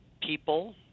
people